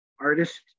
artist